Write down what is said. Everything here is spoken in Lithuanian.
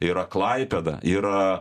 yra klaipėda yra